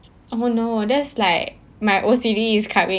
oh no that's like my O_C_D is coming